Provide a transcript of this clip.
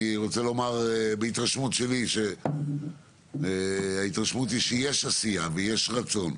אני רוצה לומר שההתרשמות שלי היא שיש עשייה ושיש רצון.